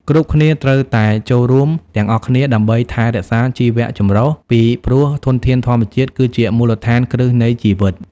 គ្រប់គ្នាត្រូវតែចូលរួមទាំងអស់គ្នាដើម្បីថែរក្សាជីវៈចម្រុះ ពីព្រោះធនធានធម្មជាតិគឺជាមូលដ្ឋានគ្រឹះនៃជីវិត